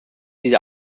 diese